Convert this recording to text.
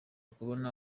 kubona